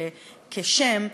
כשם,